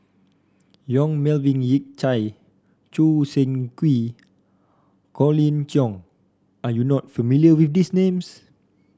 Yong Melvin Yik Chye Choo Seng Quee Colin Cheong are you not familiar with these names